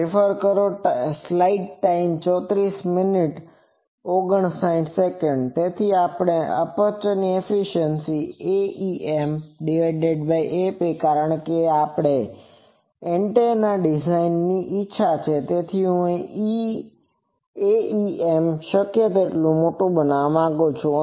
તેથી Aperature efficiencyAemAp કારણ કે કોઈપણ એન્ટેના ડિઝાઇનર્સ ની ઇચ્છા છે કે હું Aem શક્ય તેટલું મોટું બનાવવા માંગું છું